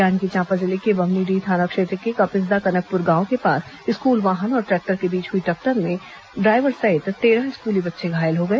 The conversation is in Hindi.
जांजगीर चांपा जिले के बम्हनीडीह थाना क्षेत्र के कपिसदा कनकपुर गांव के पास स्कूल वाहन और ट्रैक्टर के बीच हुई टक्कर में ड्राइवर सहित तेरह स्कूली बच्चे घायल हो गए